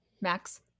Max